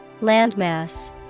Landmass